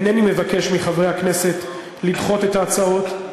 אינני מבקש מחברי הכנסת לדחות את ההצעות,